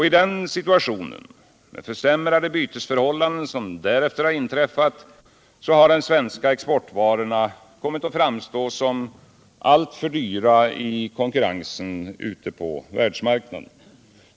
I den situation med försämrade bytesförhållanden som därefter inträffat har de svenska exportvarorna därmed kommit att framstå som alltför 163 dyra i konkurrensen på världsmarknaden.